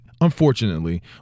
unfortunately